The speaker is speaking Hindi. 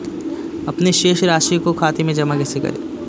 अपने शेष राशि को खाते में जमा कैसे करें?